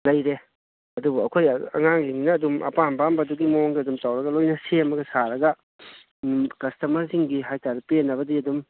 ꯂꯩꯔꯦ ꯑꯗꯨꯕꯨ ꯑꯩꯈꯣꯏ ꯑꯉꯥꯡꯁꯤꯡꯁꯤꯅ ꯑꯗꯨꯝ ꯑꯄꯥꯝ ꯑꯄꯥꯝꯕꯗꯨꯒꯤ ꯃꯑꯣꯡꯗ ꯑꯗꯨꯝ ꯇꯧꯔꯒ ꯂꯣꯏꯅ ꯁꯦꯝꯃꯒ ꯁꯥꯔꯒ ꯀꯁꯇꯃꯔꯁꯤꯡꯒꯤ ꯍꯥꯏꯇꯥꯔꯦ ꯄꯦꯟꯅꯕꯗꯤ ꯑꯗꯨꯝ